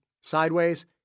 sideways